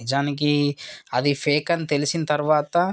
నిజానికి అది ఫేక్ అని తెలిసిన తరువాత